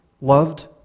loved